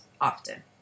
often